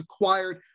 acquired